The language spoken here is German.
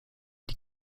die